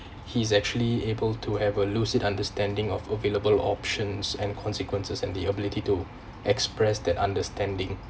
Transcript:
he's actually able to have a lucid understanding of available options and consequences and the ability to express that understanding